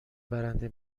برنده